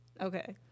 Okay